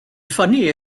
funny